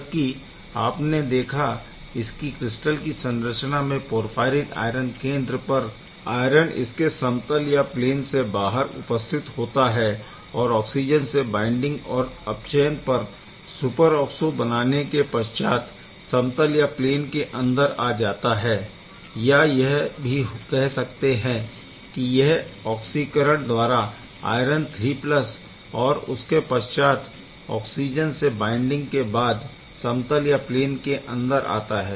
जबकि आपने देखा इसकी क्रिस्टल की संरचना में पोरफ़ायरिन आयरन केंद्र पर आयरन इसके समतल या प्लेन से बाहर उपस्थित होता है और ऑक्सिजन से बाइंडिंग और अपचयन कर सुपरऑक्सो बनाने के पश्चात समतल या प्लेन के अंदर आ जाता है या यह भी कह सकते है कि यह ऑक्सीकरण द्वारा आयरन III और उसके पश्चात ऑक्सिजन से बाइंडिंग के बाद समतल या प्लेन के अंदर आता है